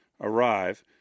arrive